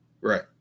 Right